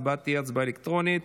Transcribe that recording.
ההצבעה תהיה הצבעה אלקטרונית.